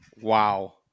wow